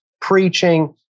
preaching